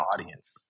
audience